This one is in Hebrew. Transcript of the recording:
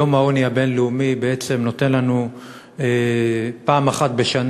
יום העוני הבין-לאומי בעצם נותן לנו פעם אחת בשנה